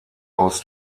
aus